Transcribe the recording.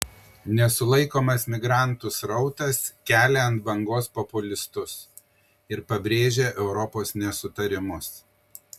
nesulaikomas migrantų srautas kelia ant bangos populistus ir pabrėžia europos nesutarimus